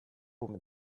woman